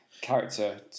character